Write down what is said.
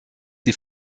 die